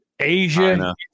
Asia